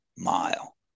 Mile